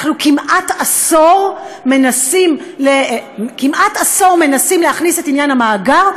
אנחנו כמעט עשור מנסים להכניס את עניין המאגר,